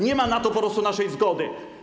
Nie ma na to po prostu naszej zgody.